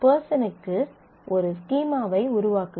பெர்சனுக்கு ஒரு ஸ்கீமாவை உருவாக்குங்கள்